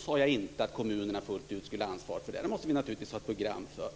sade inte att kommunerna fullt ut skulle ha ansvaret för märkning av kött. Det måste vi naturligtvis ha ett program för.